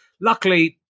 Luckily